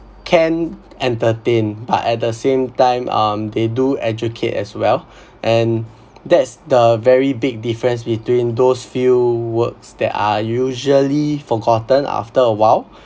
can entertain but at the same time um they do educate as well and that's the very big difference between those few works that are usually forgotten after awhile